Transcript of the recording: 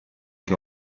che